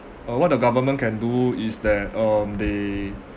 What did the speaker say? uh what the government can do is that um they